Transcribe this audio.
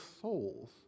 souls